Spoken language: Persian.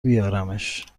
بیارمش